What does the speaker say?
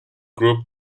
group